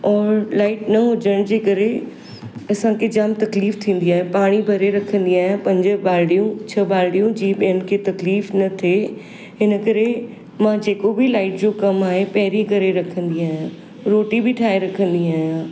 और लाइट न हुजण जे करे असांखे जाम तकलीफ़ थींदी आहे पाणी भरे रखंदी आहियां पंज बाल्टियूं छह बाल्टियूं जीअं ॿियनि खे तकलीफ़ न थे हिन करे मां जेको बि लाइट जो कमु आहे पहिरियों करे रखंदी आहियां रोटी बि ठाहे रखंदी आहियां